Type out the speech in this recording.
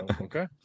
Okay